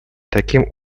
таким